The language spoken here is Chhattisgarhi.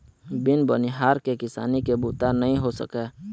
बिन बनिहार के किसानी के बूता नइ हो सकय